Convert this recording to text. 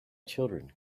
children